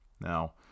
Now